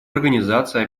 организации